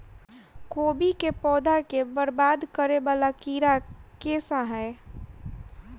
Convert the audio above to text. कोबी केँ पौधा केँ बरबाद करे वला कीड़ा केँ सा है?